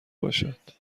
باشد